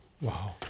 Wow